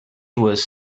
was